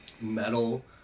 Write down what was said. metal